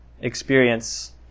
experience